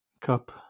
cup